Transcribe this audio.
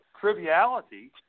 triviality